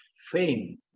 fame